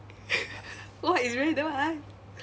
what it's really damn !huh!